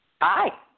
Hi